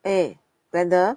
eh glenda